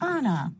Anna